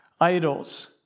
idols